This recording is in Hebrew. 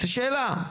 זו שאלה.